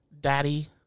Daddy